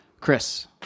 Chris